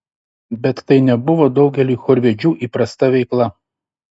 bet tai nebuvo daugeliui chorvedžių įprasta veikla